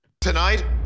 Tonight